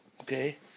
Okay